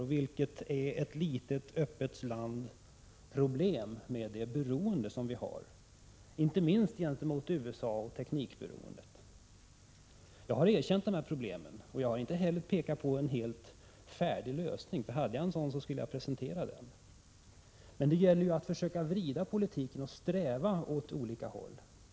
Det handlar om ett litet öppet lands problem med det beroende vi har, inte minst beroende av USA -— och vårt teknikberoende. Jag har erkänt dessa problem, och jag har inte pekat på en helt färdig lösning. Hade jag en sådan, så skulle jag presentera den. Men det gäller ju att försöka vrida politiken och sträva åt olika håll.